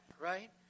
right